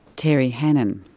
terry hannon.